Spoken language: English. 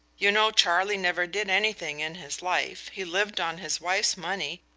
you know charlie never did anything in his life he lived on his wife's money,